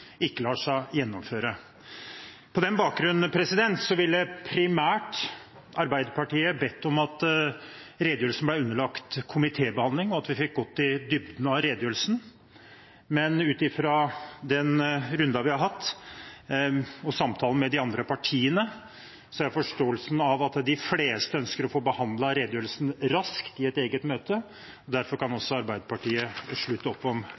lar seg gjennomføre. På denne bakgrunn ville Arbeiderpartiet primært bedt om at redegjørelsen ble underlagt komitébehandling, og at vi fikk gått i dybden av redegjørelsen. Men ut fra den runden vi har hatt, og samtalen med de andre partiene, så har jeg forståelsen av at de fleste ønsker å få behandlet redegjørelsen raskt, i et eget møte. Derfor kan også Arbeiderpartiet slutte opp om